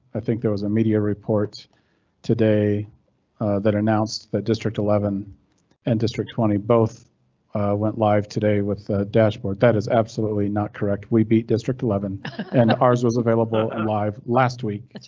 i think there was a media report today that announced that district eleven and district twenty both went live today with dashboard that is absolutely not correct. we beat district eleven and ours was available in and live last week.